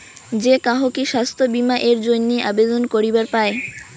যে কাহো কি স্বাস্থ্য বীমা এর জইন্যে আবেদন করিবার পায়?